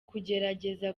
kugerageza